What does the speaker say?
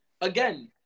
again –